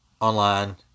online